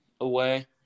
away